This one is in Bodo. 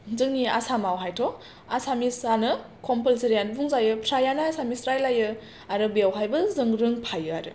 जोंनि आसामावहायथ' एसामिस आनो कम्पालसारि आनो बुंजायो फ्राययानो एसामिस रायलायो आरो बेवहायबो जों रोंफायो आरो